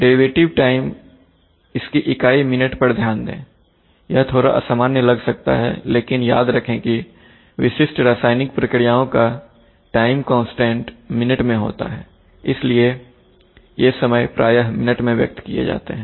derivative time इसकी इकाई minute पर ध्यान दें यह थोड़ा असामान्य लग सकता है लेकिन याद रखें कि विशिष्ट रासायनिक प्रक्रियाओं का टाइम कांस्टेंट मिनट मैं होता हैइसलिए ये समय प्रायः मिनट में व्यक्त किए जाते हैं